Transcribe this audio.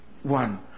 One